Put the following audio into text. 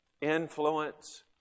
influence